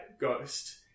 Ghost